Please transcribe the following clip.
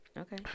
Okay